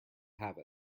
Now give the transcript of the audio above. have